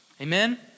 amen